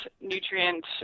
nutrient